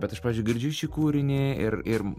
bet aš girdžiu šį kūrinį ir ir